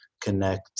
connect